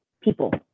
people